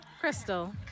Crystal